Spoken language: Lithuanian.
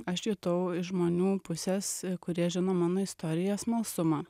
aš jutau iš žmonių pusės kurie žino mano istoriją smalsumą